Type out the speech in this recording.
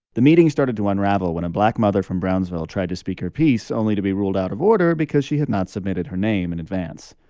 the meeting started to unravel when a black mother from brownsville tried to speak her piece only to be ruled out of order because she had not submitted her name in and advance.